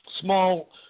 small